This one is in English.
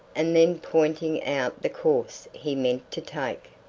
and then pointing out the course he meant to take.